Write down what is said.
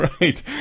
Right